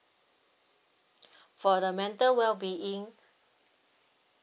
for the mental wellbeing